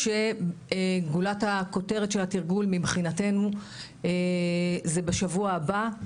כשגולת הכותרת של התרגול מבחינתנו זה בשבוע הבא,